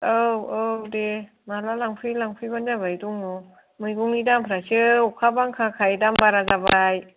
औ औ दे माला लांफैयो लांफैबानो जाबाय दङ मैगंनि दामफोरासो अखा बांखाखाय दाम बारा जाबाय